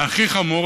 והכי חמור,